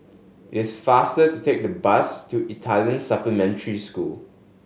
it's faster to take the bus to Italian Supplementary School